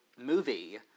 movie